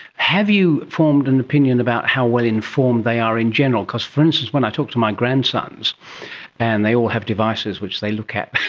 have you formed an opinion about how well informed they are in general? because, for instance, when i talk to my grandsons and they all have devices which they look at,